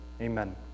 Amen